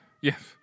Yes